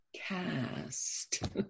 cast